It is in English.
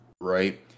right